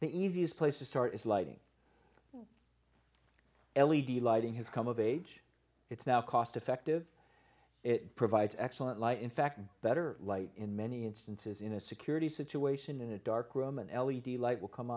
the easiest place to start is lighting l e d lighting has come of age it's now cost effective it provides excellent light in fact better light in many instances in a security situation in a dark room and the light will come